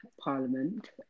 parliament